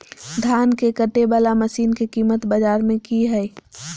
धान के कटे बाला मसीन के कीमत बाजार में की हाय?